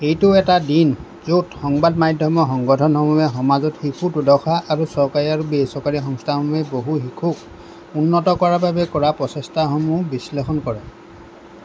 এইটোও এটা দিন য'ত সংবাদ মাধ্যমৰ সংগঠনসমূহে সমাজত শিশুৰ দুৰ্দশা আৰু চৰকাৰী আৰু বেচৰকাৰী সংস্থাসমূহে বহু শিশুক উন্নত কৰাৰ বাবে কৰা প্ৰচেষ্টাসমূহ বিশ্লেষণ কৰে